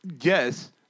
yes